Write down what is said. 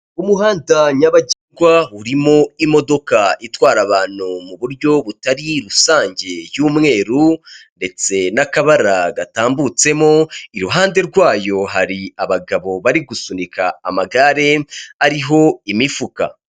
Umuhanda nyabagendwa urimo imodoka itwara abantu mu buryo butari rusange y'umweru ndetse n'akabara gatambutsemo, iruhande rwayo hari abagabo bari gusunika amagare ariho imifuka.